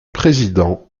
président